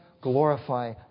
glorify